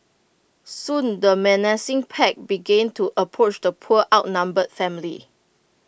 soon the menacing pack began to approach the poor outnumbered family